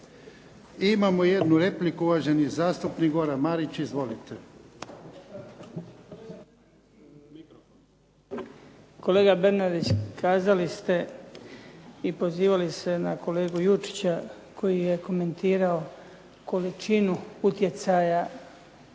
Imamo jednu repliku uvaženi zastupnik Goran Marić. Izvolite. **Marić, Goran (HDZ)** Kolega Bernardić, kazali ste i pozivali se na kolegu Jurčića koji je komentirao količinu utjecaja